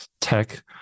tech